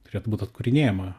turėtų būt atkūrinėjama